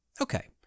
Okay